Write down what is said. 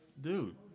dude